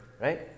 right